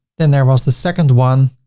then there was the second one